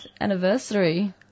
anniversary